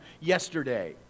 yesterday